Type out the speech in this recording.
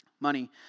money